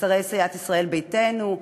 לשרי סיעת ישראל ביתנו,